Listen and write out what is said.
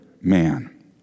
man